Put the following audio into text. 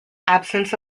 absence